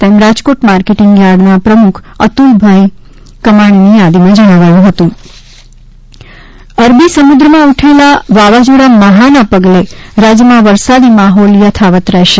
તેમ રાજકોટ માર્કેટીંગ થાર્ડના પ્રમુખ અતુલભાઈ કમાણીની થાદી માં જણાવ્યું હતું હવામાન અરબી સમુદ્રમાં ઉઠેલા વાવાઝોડા મહાના પગલે રાજ્યમાં વરસાદી માહોલ યથાવત રહેશે